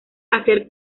hacer